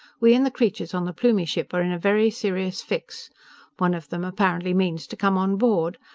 we and the creatures on the plumie ship are in a very serious fix one of them apparently means to come on board.